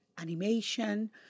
animation